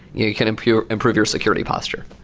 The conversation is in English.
you can improve improve your security posture.